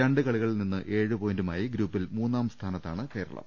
രണ്ട് കളികളിൽ നിന്ന് ഏഴുപോയിന്റുമായി ഗ്രൂപ്പിൽ മൂന്നാംസ്ഥാ നത്താണ് കേരളം